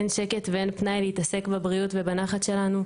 אין שקט ואין פנאי להתעסק בבריאות ובנחת שלנו.